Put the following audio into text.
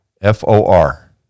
F-O-R